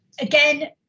again